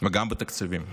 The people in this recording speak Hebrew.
וגם בתקציבים,